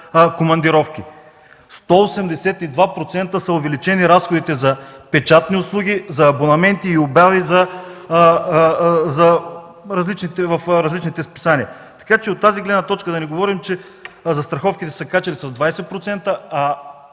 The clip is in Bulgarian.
командировки, 182% са увеличени разходите за печатни услуги за абонаменти и обяви в различните списания. Да не говорим, че застраховките са се качили с 20%, а